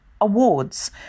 awards